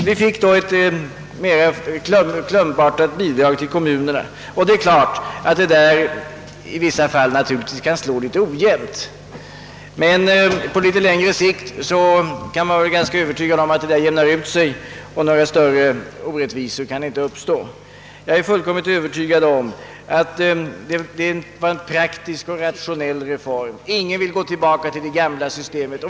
Vi fick då ett klumpbidrag till kommunerna. Det är klart att detta i vissa fall kan slå litet ojämnt, men man kan vara övertygad om att det på lång sikt jämnar ut sig och att några större orättvisor inte kan uppstå. Jag är också fullkomligt övertygad om att det var en praktisk och rationell reform, och ingen vill gå tillbaka till det gamla systemet.